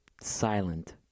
silent